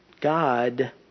God